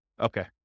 Okay